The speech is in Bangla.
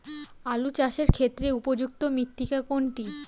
আলু চাষের ক্ষেত্রে উপযুক্ত মৃত্তিকা কোনটি?